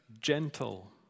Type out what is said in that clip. gentle